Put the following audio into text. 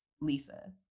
Lisa